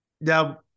Now